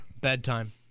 bedtime